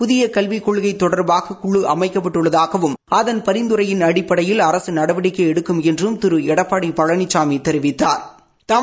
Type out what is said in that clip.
புதிய கல்விக் கொள்கை தொடர்பாக குழு அமைக்கப்பட்டுள்ளதாகவும் அதன் பரிந்துரையின் அடிப்படையில் அரசு நடவடிக்கை எடுக்கும் என்றும் திரு எடப்பாடி பழனிசாமி தெரிவித்தாா்